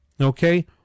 Okay